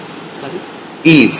Eve